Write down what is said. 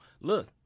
Look